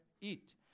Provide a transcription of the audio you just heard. eat